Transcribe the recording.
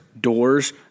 doors